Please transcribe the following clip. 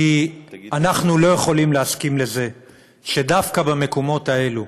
כי אנחנו לא יכולים להסכים לזה שדווקא במקומות האלה,